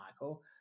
Michael